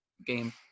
game